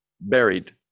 buried